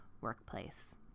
workplace